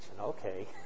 Okay